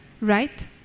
Right